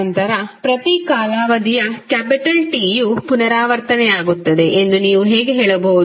ನಂತರ ಪ್ರತಿ ಕಾಲಾವಧಿಯ ಕ್ಯಾಪಿಟಲ್ T ಯು ಪುನರಾವರ್ತನೆಯಾಗುತ್ತದೆ ಎಂದು ನೀವು ಹೇಗೆ ಹೇಳಬಹುದು